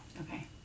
Okay